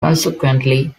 consequently